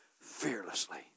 fearlessly